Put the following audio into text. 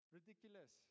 Ridiculous